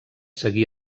seguir